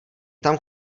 tam